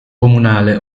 comunale